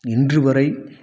இன்று வரை